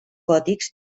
gòtics